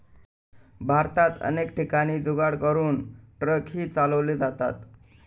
भारतात अनेक ठिकाणी जुगाड करून ट्रकही चालवले जातात